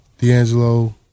D'Angelo